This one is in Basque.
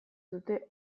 dute